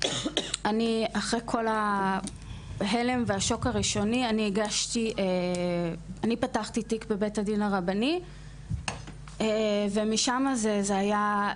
אחרי כל ההלם והשוק הראשוני אני פתחתי תיק בבית הדין הרבני ומשם זה היה,